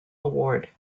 award